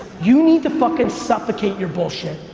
you need to fuckin' suffocate your bullshit.